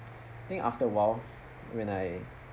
think after a while when I